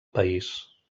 país